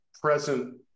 present